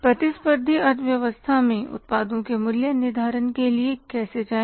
प्रतिस्पर्धी अर्थव्यवस्था में उत्पादों के मूल्य निर्धारण के लिए कैसे जाएं